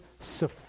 sufficient